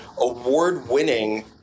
award-winning